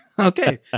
Okay